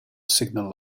signal